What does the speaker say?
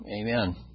Amen